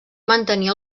mantenir